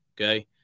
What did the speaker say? Okay